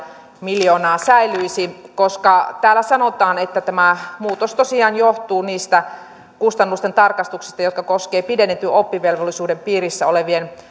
miljoonaa säilyisi koska täällä sanotaan että tämä muutos tosiaan johtuu niistä kustannusten tarkistuksista jotka koskevat pidennetyn oppivelvollisuuden piirissä olevien